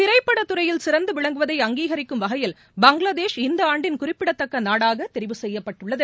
திரைப்பட துறையில் சிறந்து விளங்குவதை அங்கீகரிக்கும் வகையில் பங்ளாதேஷ் இந்த ஆண்டின் குறிப்பிடத்தக்க நாடாக தெரிவு செய்யப்பட்டுள்ளது